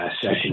session